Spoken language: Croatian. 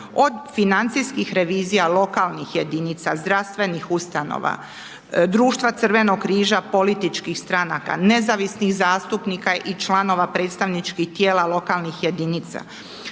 od financijskih revizija lokalnih jedinica, zdravstvenih ustanova, društva Crvenog križa, političkih stranaka, nezavisnih zastupnika i članova predstavničkih tijela lokalnih jedinica.